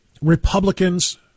Republicans